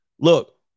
Look